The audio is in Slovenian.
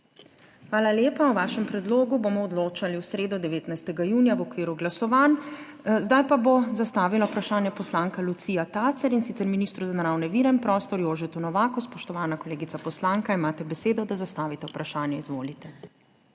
Hvala lepa. O vašem predlogu bomo odločali v sredo, 19. junija, v okviru glasovanj. Zdaj pa bo vprašanje zastavila poslanka Lucija Tacer, in sicer ministru za naravne vire in prostor Jožetu Novaku. Spoštovana kolegica poslanka, imate besedo, da zastavite vprašanje. Izvolite.